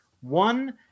One